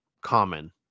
common